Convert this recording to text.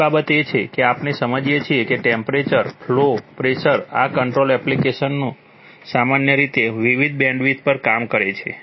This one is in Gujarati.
બીજી બાબત એ છે કે આપણે સમજીએ છીએ કે ટેમ્પરેચર ફ્લૉ પ્રેશર આ કંટ્રોલ એપ્લિકેશનો સામાન્ય રીતે વિવિધ બેન્ડવિડ્થ પર કામ કરે છે